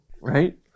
right